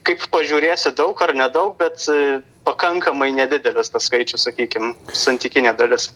kaip pažiūrėsi daug ar nedaug bet pakankamai nedidelis skaičius sakykim santykinė dalis